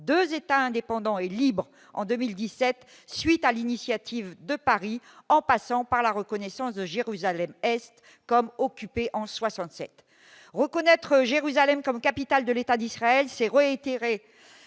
2 états indépendants et libres en 2017 suite à l'initiative de Paris, en passant par la reconnaissance de Jérusalem Est comme occupés en 67 reconnaître Jérusalem comme capitale de l'État d'Israël s'est réitérer